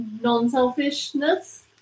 non-selfishness